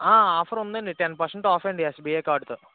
offer ఉందండి ten percent off అండి SBI కార్డ్తో